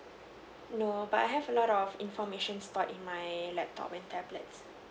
no but I have a lot of information stored in my laptop and tablet